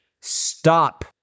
stop